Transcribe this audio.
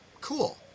cool